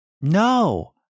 No